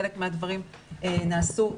חלק מהדברים נעשו,